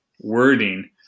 wording